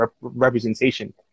representation